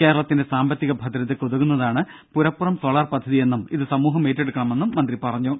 കേരളത്തിന്റെ സാമ്പത്തിക ഭദ്രതയ്ക്ക് ഉതകുന്നതാണ് പുരപ്പുറം സോളാർ പദ്ധതിയെന്നും ഇത് സമൂഹം ഏറ്റെടുക്കണമെന്നും മന്ത്രി പറഞ്ഞു